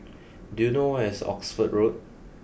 do you know where is Oxford Road